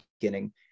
beginning